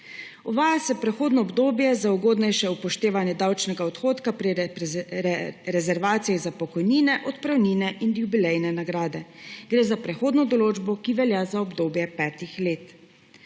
Uvaja se prehodno obdobje za ugodnejše upoštevanje davčnega odhodka pri rezervaciji za pokojnine, odpravnine in jubilejne nagrade. Gre za prehodno določbo, ki velja za obdobje petih let.